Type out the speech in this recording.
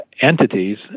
entities